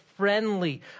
friendly